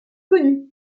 connu